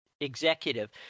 executive